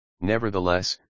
nevertheless